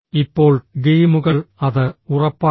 ഇപ്പോൾ ഗെയിമുകൾ അത് ഉറപ്പാക്കും